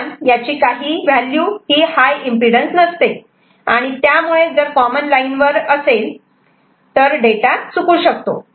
पण याचि काही व्हॅल्यू ही हाय एम्पिडन्स नसते आणि त्यामुळे जर कॉमन लाईन असेल तर डेटा चुकू शकतो